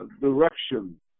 direction